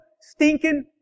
stinking